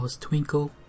twinkle